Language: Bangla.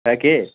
হ্যাঁ কে